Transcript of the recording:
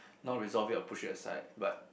not resolve it or push it aside but